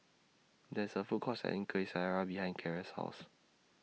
There IS A Food Court Selling Kueh Syara behind Kiera's House